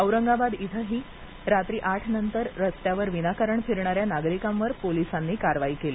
औरंगाबाद इथंही रात्री आठनंतर रस्त्यावर विनाकारण फिरणाऱ्या नागरिकांवर पोलिसांनी कारवाई केली